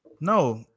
no